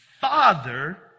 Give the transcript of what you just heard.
father